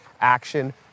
action